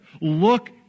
look